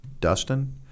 Dustin